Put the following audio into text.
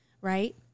right